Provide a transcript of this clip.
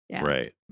right